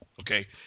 Okay